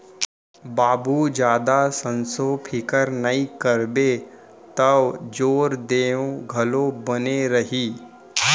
बाबू जादा संसो फिकर नइ करबे तौ जोर देंव घलौ बने रही